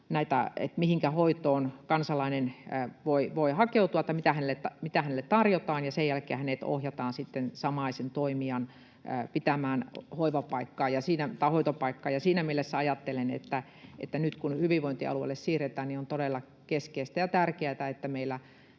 mihinkä hoitoon kansalainen voi hakeutua tai mitä hänelle tarjotaan, ja sen jälkeen hänet ohjataan sitten samaisen toimijan pitämään hoitopaikkaan. Siinä mielessä ajattelen, että nyt kun hyvinvointialueille siirretään, on todella keskeistä ja tärkeätä, että meillä